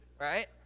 Right